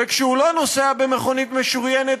וכשהוא לא נוסע במכונית משוריינת